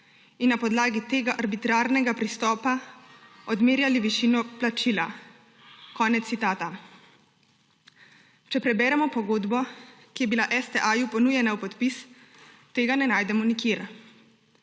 in na podlagi tega arbitrarnega pristopa odmerjali višino plačila.« Konec citata. Če preberemo pogodbo, ki je bila STA ponujena v podpis, tega ne najdemo nikjer.